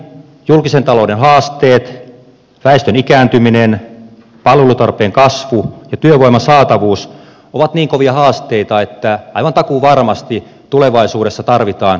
julkisen talouden haasteet väestön ikääntyminen palvelutarpeen kasvu ja työvoiman saatavuus ovat niin kovia haasteita että aivan takuuvarmasti tulevaisuudessa tarvitaan uudistuksia